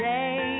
Day